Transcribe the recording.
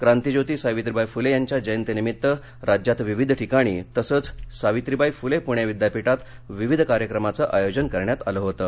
क्रांतीज्योती सावित्रिबाई फुले यांच्या जयतीनिमित्त राज्यात विविध ठिकाणी तसंच सावित्रिबाई फुले पुणे विद्यापीठात विविध कार्यक्रमांचं आयोजन करण्यात आलं होतं